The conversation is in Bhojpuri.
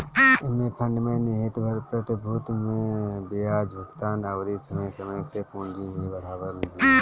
एमे फंड में निहित प्रतिभूति पे बियाज भुगतान अउरी समय समय से पूंजी में बढ़ावा भी होत ह